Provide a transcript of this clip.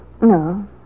No